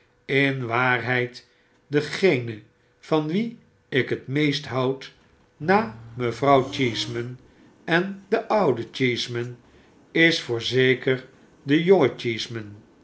in waarheid dengene van wien ik hel meest houd na mevrouw cheeseman en den ouden cheeseman is voorzeker den